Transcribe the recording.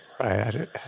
Right